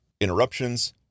Interruptions